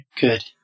Good